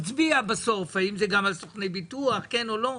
נצביע בסוף, האם זה גם על סוכני ביטוח, כן או לא.